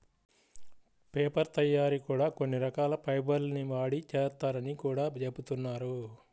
paper తయ్యారీ కూడా కొన్ని రకాల ఫైబర్ ల్ని వాడి చేత్తారని గూడా జెబుతున్నారు